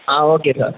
ah okay sir